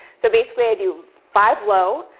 so basically i do five low,